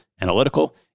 analytical